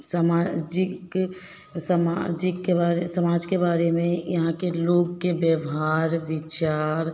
समाजिक समाजिक के बारे समाज के बारे में यहाँ के लोग के व्यवहार विचार